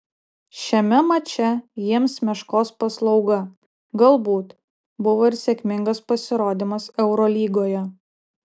šiame mače jiems meškos paslauga galbūt buvo ir sėkmingas pasirodymas eurolygoje